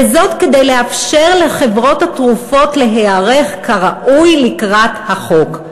וזאת כדי לאפשר לחברות התרופות להיערך כראוי לקראת החוק.